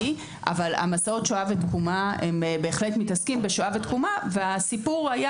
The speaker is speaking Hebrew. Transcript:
אבל מסעות שואה ותקומה בהחלט מתעסקים בשואה ותקומה והסיפור היה